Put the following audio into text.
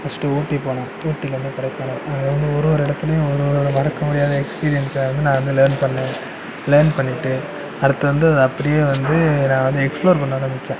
first Ooty போனேன் ஊட்யில இருந்து கொடைக்கானல் அதில் வந்து ஒரு ஒரு இடத்துலயும் ஒரு ஒரு மறக்கமுடியாத எக்ஸ்பீரியன்ஸை வந்து நான் வந்து லேர்ன் பண்ணேன் லேர்ன் பண்ணிவிட்டு அடுத்து வந்து அதை அப்படியே வந்து நான் வந்து எக்ஸ்ப்ளோர் பண்ண நினைச்சேன்